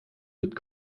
mit